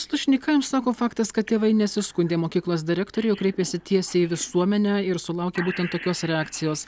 slušny ka jums sako faktas kad tėvai nesiskundė mokyklos direktorei kreipėsi tiesiai į visuomenę ir sulaukė būtent tokios reakcijos